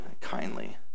kindly